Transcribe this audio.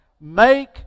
make